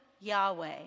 Yahweh